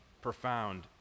profound